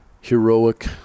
heroic